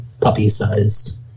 puppy-sized